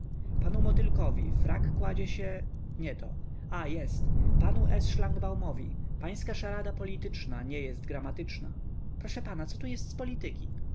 to panu motylkowi frak kładzie się nie to a jest panu s szlangbaumowi pańska szarada polityczna nie jest gramatyczna proszę pana co tu jest z polityki